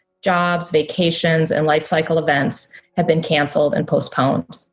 jobs, vacations, and lifecycle events have been canceled and postponed.